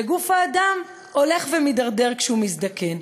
וגוף האדם הולך ומידרדר כשהוא מזדקן.